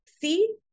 See